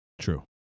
True